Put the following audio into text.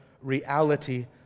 reality